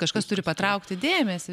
kažkas turi patraukti dėmesį